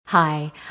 Hi